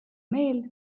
meel